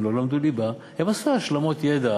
הם לא למדו ליבה, הם עשו השלמות ידע